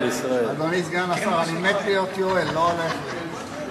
אדוני סגן השר, אני מת להיות יואל, לא הולך לי.